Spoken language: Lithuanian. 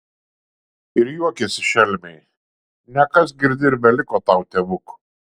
ir juokėsi šelmiai nekas girdi ir beliko tau tėvuk